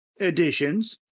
editions